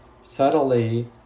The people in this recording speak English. subtly